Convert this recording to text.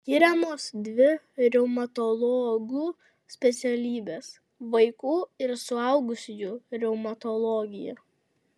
skiriamos dvi reumatologų specialybės vaikų ir suaugusiųjų reumatologija